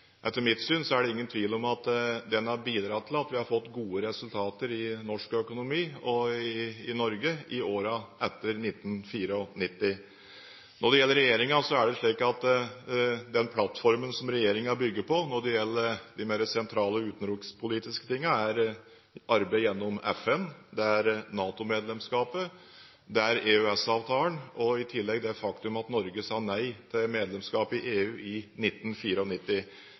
den har bidratt til at vi har fått gode resultater i norsk økonomi – og i Norge – i årene etter 1994. Når det gjelder regjeringen, er det slik at den plattformen regjeringen bygger på når det gjelder de mer sentrale utenrikspolitiske sakene, er arbeid gjennom FN, det er NATO-medlemskapet, det er EØS-avtalen, og det er i tillegg det faktum at Norge sa nei til medlemskap i EU i